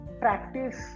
practice